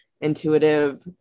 intuitive